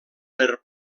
per